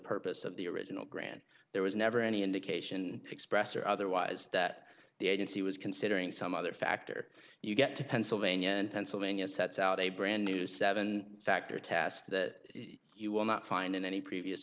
purpose of the original grant there was never any indication express or otherwise that the agency was considering some other factor you get to pennsylvania and pennsylvania sets out a brand new seven factor test that you will not find in any previous